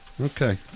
Okay